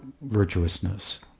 virtuousness